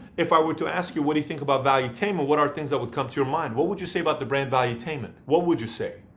if i were to ask you, what do you think about valuetainment? what are things that would come to your mind? what would you say about the brand valuetainment? what would you say?